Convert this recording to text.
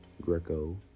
Greco